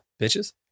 Bitches